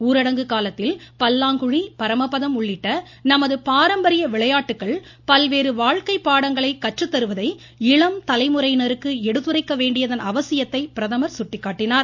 ஊரடங்கு காலத்தில் பல்லாங்குழி பரமபதம் உள்ளிட்ட நமது பாரம்பரிய விளையாட்டுகள் பல்வேறு வாழ்க்கை பாடங்களை கற்றுத்தருவதை இளம் தலைமுறையினருக்கு எடுத்துரைக்க வேண்டியதன் அவசியத்தை பிரதமர் சுட்டிக்காட்டினார்